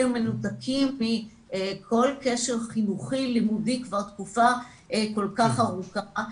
מנותקים מכל קשר חינוכי לימודי כבר תקופה כל כך ארוכה,